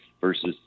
versus